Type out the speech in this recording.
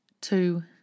two